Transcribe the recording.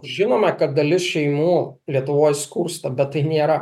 žinoma kad dalis šeimų lietuvoj skursta bet tai nėra